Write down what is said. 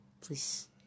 Please